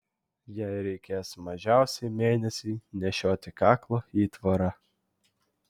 jai reikės mažiausiai mėnesį nešioti kaklo įtvarą